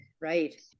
Right